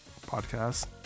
podcast